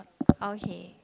okay